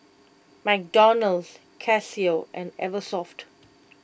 McDonald's Casio and Eversoft